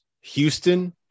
Houston